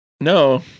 No